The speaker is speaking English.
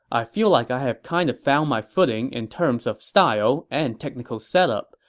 i feel like i have kind of found my footing in terms of style and technical setup,